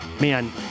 Man